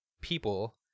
people